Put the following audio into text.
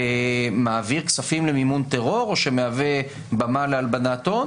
מעביר כספים למימון טרור או שמהווה במה להלבנת הון